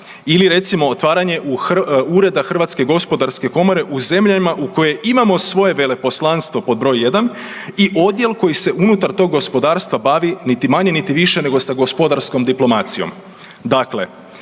ili recimo otvaranje ureda HGK u zemljama u koje imamo svoje veleposlanstvo, pod broj jedan, i odjel koji se unutar tog gospodarstva bavi niti manje niti više sa gospodarskom diplomacijom.